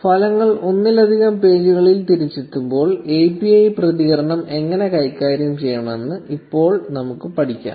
ഫലങ്ങൾ ഒന്നിലധികം പേജുകളിൽ തിരിച്ചെത്തുമ്പോൾ API പ്രതികരണം എങ്ങനെ കൈകാര്യം ചെയ്യണമെന്ന് ഇപ്പോൾ നമുക്ക് പഠിക്കാം